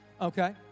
Okay